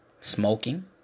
smoking